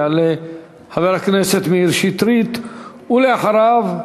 יעלה חבר הכנסת מאיר שטרית, ואחריו,